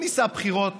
ניסה בחירות